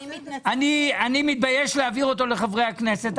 אני מתבייש להעביר אותו לחברי הכנסת,